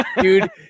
dude